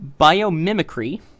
biomimicry